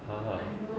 !huh!